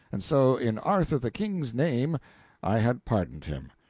and so in arthur the king's name i had pardoned him.